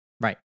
Right